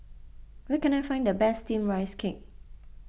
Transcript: where can I find the best Steamed Rice Cake